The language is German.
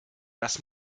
das